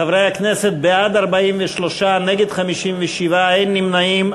חברי הכנסת, בעד, 43, נגד, 57, אין נמנעים.